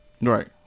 right